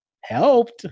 helped